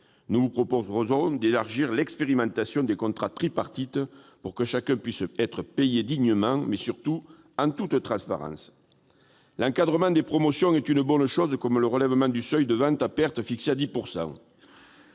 Nous vous proposerons d'élargir l'expérimentation des contrats tripartites pour que chacun puisse être payé dignement, mais surtout en toute transparence. L'encadrement des promotions est une bonne chose, comme le relèvement du seuil de vente à perte, fixé à 10 %.